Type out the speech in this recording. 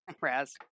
Raz